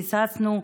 היססנו,